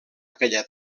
aquella